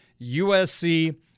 USC